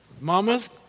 Mamas